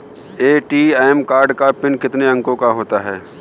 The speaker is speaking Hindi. ए.टी.एम कार्ड का पिन कितने अंकों का होता है?